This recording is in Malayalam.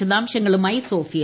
വിശദാംശങ്ങളുമായി സോഫിയ